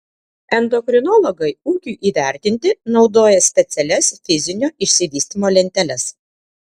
endokrinologai ūgiui įvertinti naudoja specialias fizinio išsivystymo lenteles